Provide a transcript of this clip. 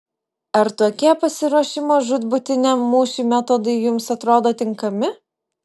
ar tokie pasiruošimo žūtbūtiniam mūšiui metodai jums atrodo tinkami